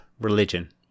religion